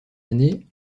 années